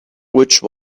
which